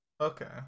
Okay